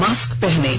mask पहनें